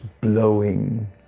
blowing